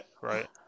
Right